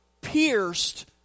pierced